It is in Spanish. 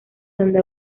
donde